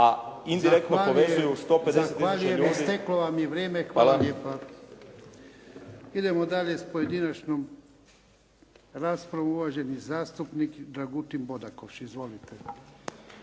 a indirektno … **Jarnjak, Ivan (HDZ)** Zahvaljujem. Isteklo vam je vrijeme. Hvala lijepa. Idemo dalje s pojedinačnom raspravom, uvaženi zastupnik Dragutin Bodakoš. Izvolite.